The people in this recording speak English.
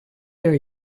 their